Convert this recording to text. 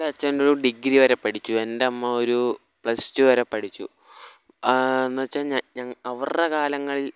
എൻ്റെ അച്ഛൻ ഒരു ഡിഗ്രി വരെ പഠിച്ചു എൻ്റെ അമ്മ ഒരു പ്ലസ്ടു വരെ പഠിച്ചു എന്ന് വച്ചാൽ അവരുടെ കാലങ്ങളിൽ